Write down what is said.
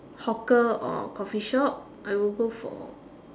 hawker or coffee shop I would go for